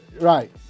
Right